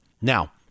Now